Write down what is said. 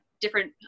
different